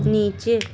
نیچے